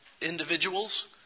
individuals